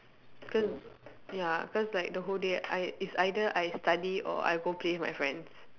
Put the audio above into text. cause ya cause like the whole day I it's either I study or I go play with my friends